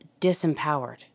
disempowered